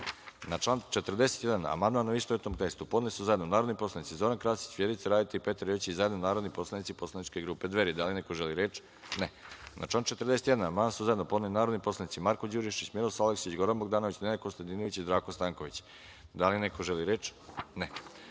član 41. amandman, u istovetnom tekstu, podneli su zajedno narodni poslanici Zoran Krasić, Vjerica Radeta i Petar Jojić, i zajedno narodni poslanici Poslaničke grupe Dveri. Da li neko želi reč? (Ne)Na član 41. amandman su zajedno podneli narodni poslanici Marko Đurišić, Miroslav Aleksić, Goran Bogdanović, Nenad Konstantinović i Zdravko Stanković. Da li neko želi reč?